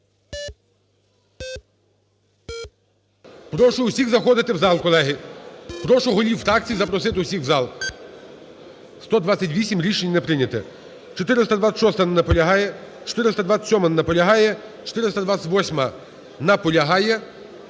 Прошу усіх заходити в зал, колеги, прошу голів фракцій запросити усіх в зал. 12:50:50 За-128 Рішення не прийнято. 426-а. Не наполягає. 427-а. Не наполягає. 428-а. Наполягає.